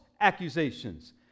accusations